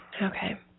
Okay